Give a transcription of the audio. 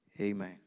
amen